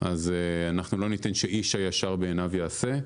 אז אנחנו לא ניתן שאיש הישר בעיניו יעשה.